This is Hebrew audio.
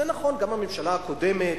זה נכון, גם הממשלה הקודמת,